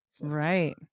right